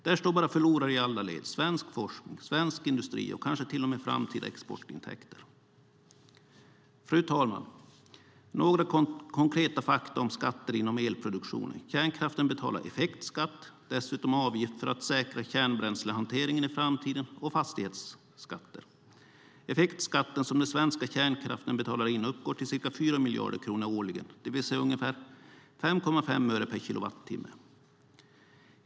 Där står bara förlorare i alla led: svensk forskning, svensk industri och kanske till och med framtida exportintäkter. Fru talman! Jag vill nämna några konkreta fakta om skatter inom elproduktionen. Kärnkraften betalar effektskatt, dessutom avgift för att säkra kärnbränslehanteringen i framtiden och fastighetsskatter. Effektskatten som de svenska kärnkraftverken betalar in uppgår till ca 4 miljarder kronor årligen, det vill säga ungefär 5,5 öre per kilowattimme.